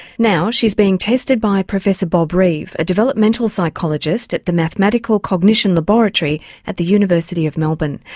now she's being tested by professor bob reeve, a developmental psychologist at the mathematical cognition laboratory at the university of melbourne.